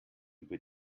über